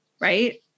right